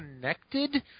connected